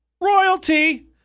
royalty